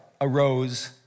arose